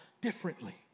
differently